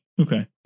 Okay